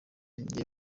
ninjye